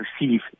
receive